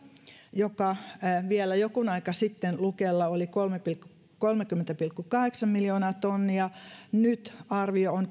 joka vielä joku aika sitten lukella oli kolmekymmentä pilkku kahdeksan miljoonaa tonnia on